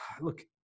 look